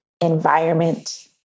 environment